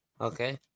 Okay